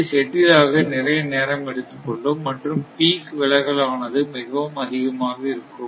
இது செட்டில் ஆக நிறைய நேரம் எடுத்துக் கொள்ளும் மற்றும் பீக் விலகல் ஆனது மிகவும் அதிகமாக இருக்கும்